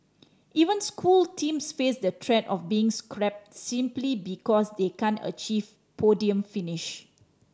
even school teams face the threat of being scrapped simply because they can't achieve podium finish